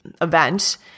event